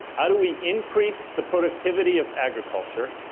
how do we increase the productivity of agriculture?